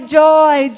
joy